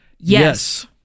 Yes